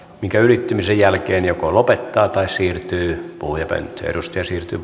minkä ylittymisen jälkeen joko lopettaa tai siirtyy puhujapönttöön edustaja siirtyy